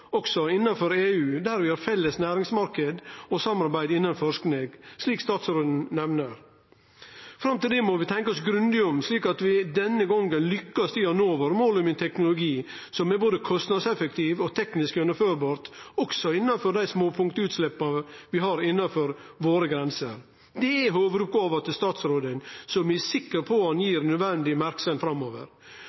også innanfor EU, der vi har felles næringsmarknad og samarbeid innan forsking, slik statsråden nemner. Fram til det må vi tenkje oss grundig om, slik at vi denne gongen lukkast i å nå våre mål om ein teknologi som er både kostnadseffektiv og teknisk gjennomførbar også innanfor dei småpunktutsleppa vi har innanfor våre grenser. Det er hovudoppgåva til statsråden, som eg er sikker på at han gir den nødvendige merksemda framover.